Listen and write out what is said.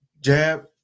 jab